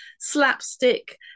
slapstick